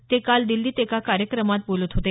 ते काल दिल्लीत एका कार्यक्रमात बोलत होते